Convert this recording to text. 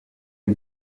est